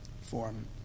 form